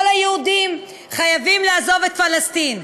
כל היהודים חייבים לעזוב את פלסטין.